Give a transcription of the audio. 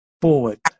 forward